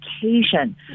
occasion